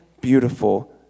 beautiful